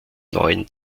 neuen